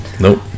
Nope